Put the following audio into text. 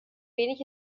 wenig